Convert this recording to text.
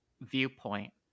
viewpoint